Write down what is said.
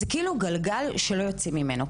זה כאילו גלגל שלא יוצאים ממנו,